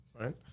Right